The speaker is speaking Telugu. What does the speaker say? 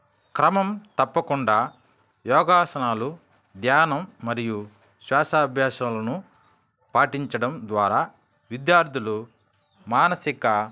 క్రమం తప్పకుండా యోగ ఆసనాలు ధ్యానం మరియు శ్వాస అభ్యాసాలను పాటించడం ద్వారా విద్యార్థులు మానసిక